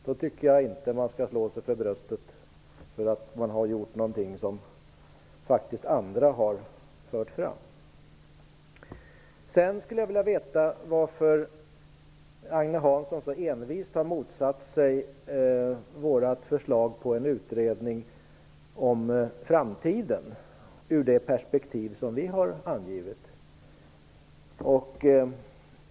Jag tycker inte att man skall slå sig för bröstet för att man har gjort någonting som faktiskt andra har fört fram. Sedan skulle jag vilja veta varför Agne Hansson så envist har motsatt sig vårt förslag om en utredning om framtiden, ur det perspektiv som vi har angivit.